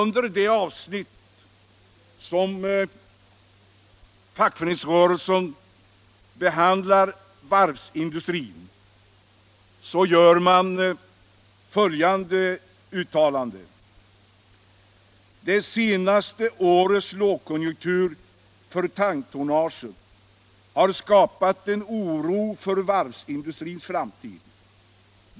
I det avsnitt där varvsindustrin behandlas gör den fackliga rörelsen i länet följande uttalande: ”Det senaste årets lågkonjunktur för tanktonnaget har skapat en stor oro för varvsindustrins framtid.